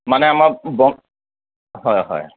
মানে আমাৰ হয় হয়